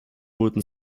wurden